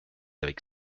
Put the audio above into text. avec